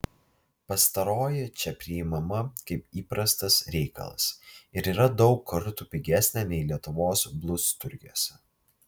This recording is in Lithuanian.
pastaroji čia priimama kaip įprastas reikalas ir yra daug kartų pigesnė nei lietuvos blusturgiuose